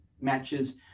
matches